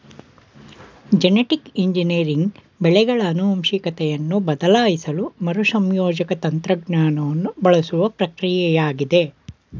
genetic engineering ಬೆಳೆಗಳ ಆನುವಂಶಿಕತೆಯನ್ನು ಬದಲಾಯಿಸಲು ಮರುಸಂಯೋಜಕ ತಂತ್ರಜ್ಞಾನವನ್ನು ಬಳಸುವ ಪ್ರಕ್ರಿಯೆಯಾಗಿದೆ